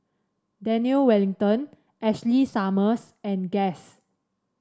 Daniel Wellington Ashley Summers and Guess